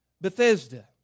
Bethesda